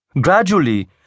Gradually